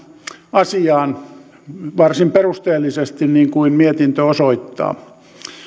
asiaan varsin perusteellisesti niin kuin mietintö osoittaa